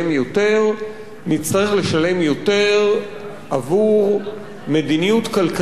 עבור מדיניות כלכלית קלוקלת,